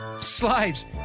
Slaves